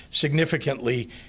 significantly